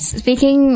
speaking